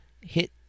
hit